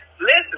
listen